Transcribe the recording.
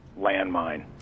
landmine